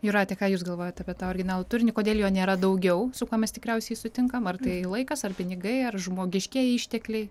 jūrate ką jūs galvojat apie tą originalų turinį kodėl jo nėra daugiau su kuo mes tikriausiai sutinkam ar tai laikas ar pinigai ar žmogiškieji ištekliai